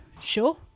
sure